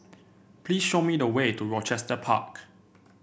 please show me the way to Rochester Park